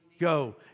Go